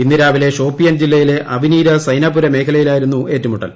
ഇന്ന് രാവിലെ ഷോപ്പിയാൻ ജില്ലയിലെ അവ്നീരാ സൈനാപുരാ മേഖലയിലായിരുന്നു ഏറ്റുമുട്ടൽ